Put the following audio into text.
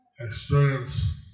experience